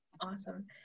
Awesome